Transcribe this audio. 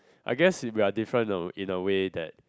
I guess if we are different a way in a way that